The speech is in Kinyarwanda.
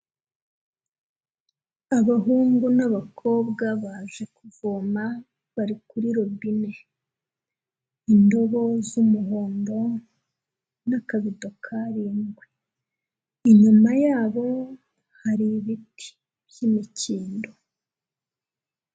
Abahungu n'abakobwa baje kuvoma bari kuri robine indobo z'umuhondo n'akabito karindwi inyuma yabo hari ibiti by'imikindo.